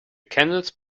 candles